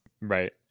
right